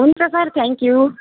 हुन्छ sir thank you